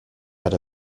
had